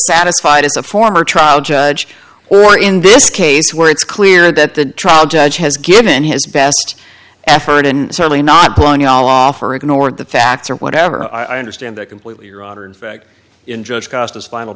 satisfied as a former trial judge or in this case where it's clear that the trial judge has given his best effort and certainly not blowing her ignore the facts or whatever i understand that completely your honor in fact in